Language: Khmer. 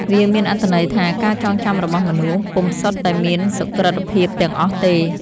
វាមានអត្ថន័យថា ការចងចាំរបស់មនុស្ស ពុំសុទ្ធតែមានសុក្រឹតភាពទាំងអស់ទេ ។